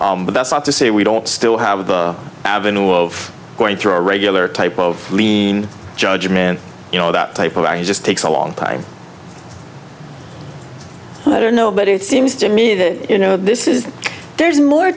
but that's not to say we don't still have the avenue of going through a regular type of lien judgment you know that type of guy who just takes a long time and i don't know but it seems to me that you know this is there's more